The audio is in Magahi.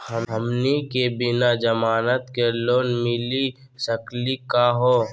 हमनी के बिना जमानत के लोन मिली सकली क हो?